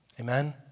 Amen